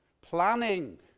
Planning